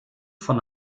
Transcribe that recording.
von